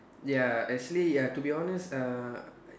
ya actually ya to be honest uh